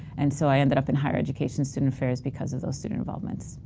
and so i ended up in higher education student affairs because of those student involvements.